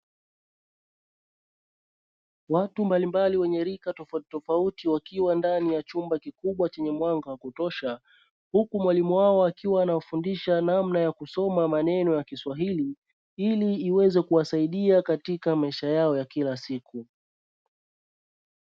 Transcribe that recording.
Watu mbalimbali wenye rika tofautitofauti, wakiwa ndani ya chumba kikubwa chenye mwanga wa kutosha; huku mwalimu wao akiwa anawafundisha namna ya kusoma maneno ya Kiswahili ili iweze kuwasaidia katika maisha yao ya kila siku.